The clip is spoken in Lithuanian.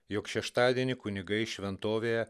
jog šeštadienį kunigai šventovėje